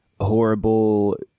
horrible